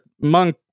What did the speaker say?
monk